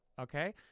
okay